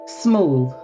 smooth